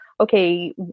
okay